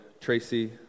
Tracy